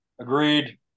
Agreed